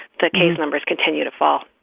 the case numbers continue to fall